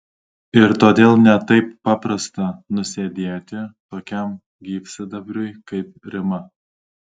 ir todėl ne taip paprasta nusėdėti tokiam gyvsidabriui kaip rima